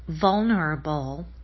vulnerable